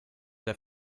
der